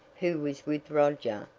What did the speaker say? who was with roger,